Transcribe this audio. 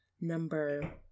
Number